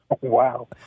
Wow